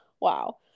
Wow